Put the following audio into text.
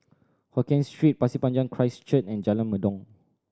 Hokien Street Pasir Panjang Christ Church and Jalan Mendong